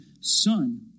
son